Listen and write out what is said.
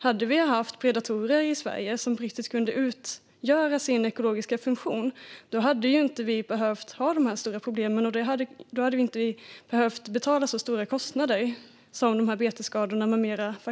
Hade vi haft predatorer i Sverige som kunde utgöra sin ekologiska funktion hade vi inte behövt ha dessa stora problem, och då hade vi inte haft så stora kostnader för betesskador med mera.